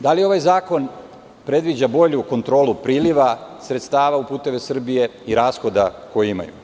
Da li ovaj zakon predviđa bolju kontrolu priliva sredstava u "Puteve Srbije" i rashoda koje imaju?